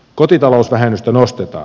kotitalousvähennystä nostetaan